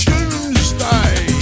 Tuesday